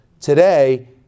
Today